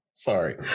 Sorry